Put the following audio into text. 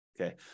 Okay